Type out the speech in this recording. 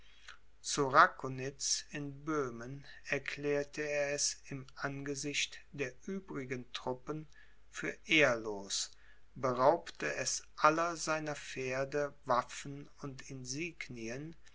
zu rakonitz in böhmen erklärte er es im angesicht der übrigen truppen für ehrlos beraubte es aller seiner pferde waffen und insignien